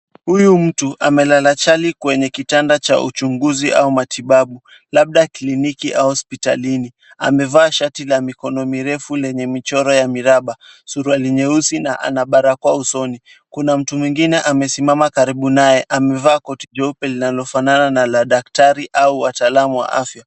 Huyu mtu, amelala chali kwenye kitanda cha uchunguzi ya matibabu, labda kliniki au hospitalini. Amevaa shati la mikono mirefu lenye michoro ya miraba, suruali nyeusi na ana barakoa usoni. Kuna mtu mwingine amesimama karibu naye. Amevaa koti jeupe linalofanana na la daktari au wataalamu wa afya.